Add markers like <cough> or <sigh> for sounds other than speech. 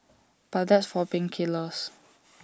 but that's for pain killers <noise>